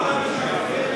איפה ראש הממשלה,